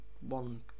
One